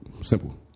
Simple